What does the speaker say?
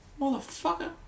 Motherfucker